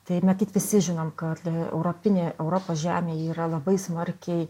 tai matyt visi žinom kad europinė europos žemė yra labai smarkiai